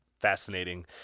fascinating